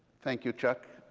thank you, chuck,